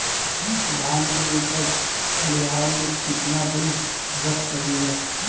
धान के उपज खलिहान मे कितना दिन रख सकि ला?